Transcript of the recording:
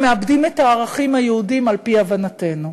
הם מאבדים את הערכים היהודיים על-פי הבנתנו.